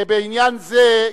בעניין זה,